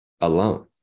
alone